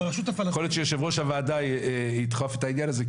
יכול להיות שיושב ראש הועדה ידחוף את העניין הזה,